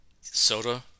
soda